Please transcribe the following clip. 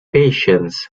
patience